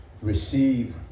receive